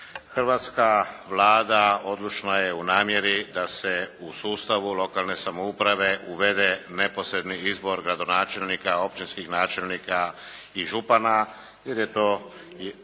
Hrvatska Vlada odlučna je u namjeri da se u sustavu lokalne samouprave uvede neposredni izbor gradonačelnika, općinskih načelnika i župana jer je to